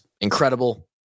incredible